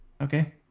Okay